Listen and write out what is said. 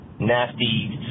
Nasty